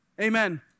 Amen